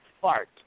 fart